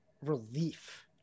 relief